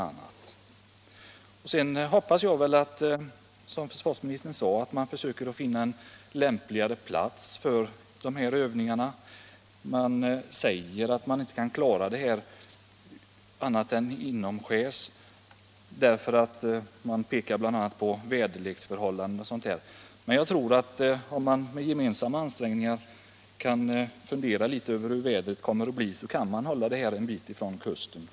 Jag hoppas att man, som försvarsministern sade, försöker finna en lämpligare plats för dessa övningar. Man säger att de måste äga rum inomskärs och pekar bl.a. på väderleksförhållandena. Men om man med gemensamma ansträngningar funderar litet över hur vädret kommer att bli kan man hålla dessa övningar en bit från kusten.